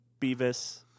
Beavis